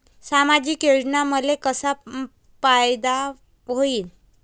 सामाजिक योजना मले कसा पायता येईन?